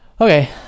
Okay